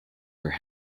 for